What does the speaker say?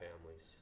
families